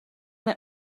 let